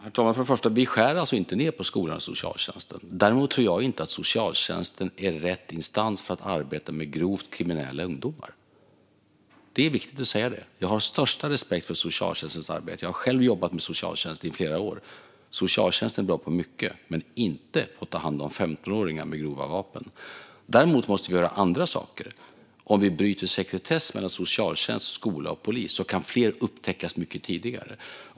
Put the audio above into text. Herr talman! För det första skär vi inte ned på skolan och socialtjänsten. Däremot tror jag inte att socialtjänsten är rätt instans för att arbeta med grovt kriminella ungdomar. Det är viktigt att säga det. Jag har den största respekt för socialtjänstens arbete. Jag har själv jobbat med socialtjänsten i flera år. Socialtjänsten är bra på mycket - men inte på att ta hand om 15åringar med grova vapen. Däremot måste vi göra andra saker. Om vi bryter sekretessen mellan socialtjänst, skola och polis kan fler upptäckas mycket tidigare.